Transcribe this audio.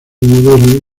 modelo